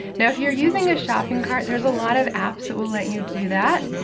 now, if you're using a shopping cart, there's a lot of apps that will let you do that,